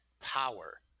power